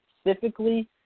specifically